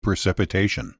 precipitation